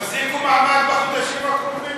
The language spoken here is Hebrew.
תחזיקו מעמד בחודשים הקרובים?